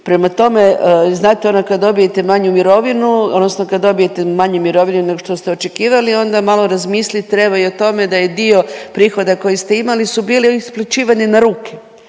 Prema tome, znate ono kad dobijete manju mirovinu, odnosno kad dobijete manje mirovine nego što ste očekivali, onda malo razmisliti treba i o tome da je dio prihoda koji ste imali su bili isplaćivani na ruke.